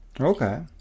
Okay